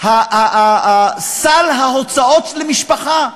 סל ההוצאות למשפחה,